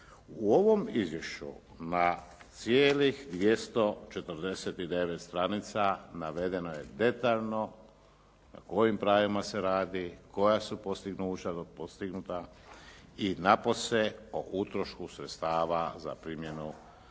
U ovom izvješću na cijelih 249 stranica navedeno je detaljno o kojim pravima se radi, koja su postignuća postignuta i napose, o utrošku sredstava za primjenu